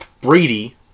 Brady